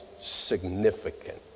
significant